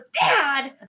Dad